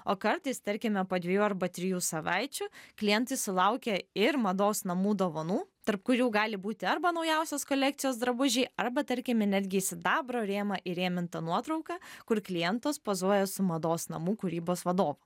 o kartais tarkime po dviejų arba trijų savaičių klientai sulaukia ir mados namų dovanų tarp kurių gali būti arba naujausios kolekcijos drabužiai arba tarkime netgi į sidabro rėmą įrėminta nuotrauka kur klientas pozuoja su mados namų kūrybos vadovu